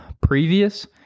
previous